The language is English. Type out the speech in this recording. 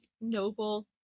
noble